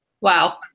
Wow